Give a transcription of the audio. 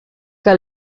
que